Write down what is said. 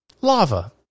lava